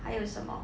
还有什么